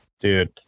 Dude